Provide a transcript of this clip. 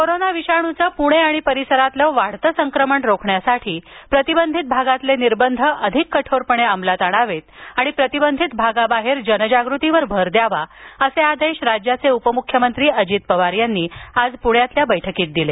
corona विषाणूचं पूणे आणि परिसरातील वाढतं संक्रमण रोखण्यासाठी प्रतिबंधित भागातील निर्बंध अधिक कठोरपणे अंमलात आणावेत आणि प्रतिबंधित भागाबाहेर जनजागृतीवर भर द्यावा असे आदेश राज्याचे उपम्ख्यमंत्री अजित पवार यांनी आज प्ण्यातील बैठकीत दिले